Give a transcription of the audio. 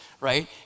right